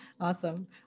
awesome